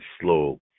slow